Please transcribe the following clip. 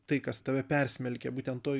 tai kas tave persmelkia būtent toj